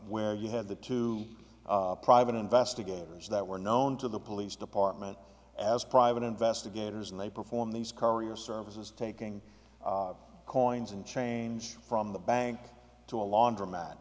where you had the two private investigators that were known to the police department as private investigators and they perform these courier services taking coins and chains from the bank to a laundromat